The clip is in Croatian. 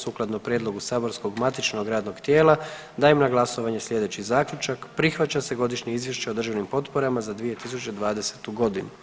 Sukladno prijedlogu saborskog matičnog radnog tijela, dajem na glasovanje slijedeći zaključak: Prihvaća se Godišnje izvješće o državnim potporama za 2020. godinu.